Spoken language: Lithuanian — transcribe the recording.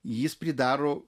jis pridaro